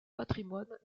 patrimoine